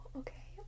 okay